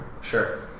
Sure